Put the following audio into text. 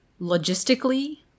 logistically